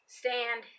stand